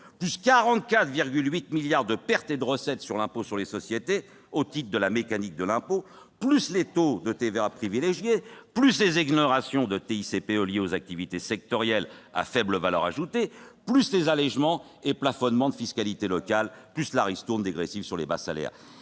plus 44,8 milliards d'euros de pertes de recettes sur l'impôt sur les sociétés, au titre de la « mécanique de l'impôt », plus les taux de TVA privilégiés, plus les exonérations de TICPE liées aux activités sectorielles à faible valeur ajoutée, plus les allégements et plafonnements de fiscalité locale, plus la ristourne dégressive sur les bas salaires.